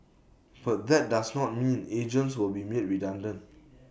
but that does not mean agents will be made redundant